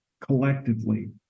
collectively